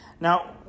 Now